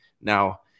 Now